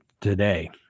today